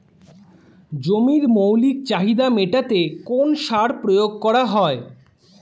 জমির মৌলিক চাহিদা মেটাতে কোন সার প্রয়োগ করা হয়?